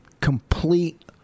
complete